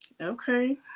Okay